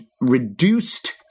reduced